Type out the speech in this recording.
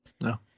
No